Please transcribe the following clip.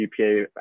GPA